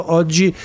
oggi